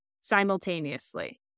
simultaneously